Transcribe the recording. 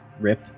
Rip